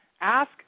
Ask